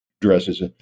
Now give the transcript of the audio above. dresses